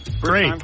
Great